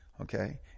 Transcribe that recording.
okay